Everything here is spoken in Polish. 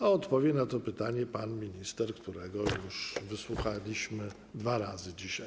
A odpowie na to pytanie pan minister, którego już wysłuchaliśmy dwa razy dzisiaj.